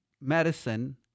medicine